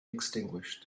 extinguished